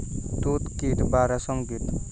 তুত কীট বা রেশ্ম কীট